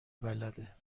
بلده